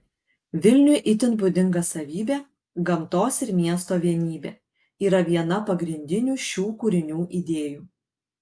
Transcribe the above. vilniui itin būdinga savybė gamtos ir miesto vienybė yra viena pagrindinių šių kūrinių idėjų